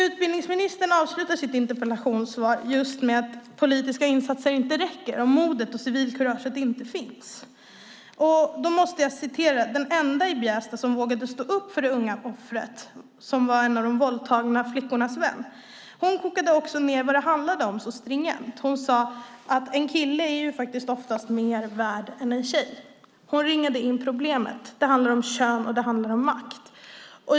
Utbildningsministern avslutar sitt interpellationssvar just med att politiska insatser inte räcker om modet och civilkuraget inte finns. Då måste jag berätta vad den enda i Bjästa som vågade stå upp för det unga offret sade - hon var en av de våldtagna flickornas vän. Hon kokade stringent ned vad det handlade om. Hon sade: En kille är faktiskt oftast mer värd än en tjej. Hon ringade in problemet. Det handlar om kön, och det handlar om makt.